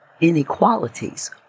inequalities